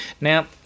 Now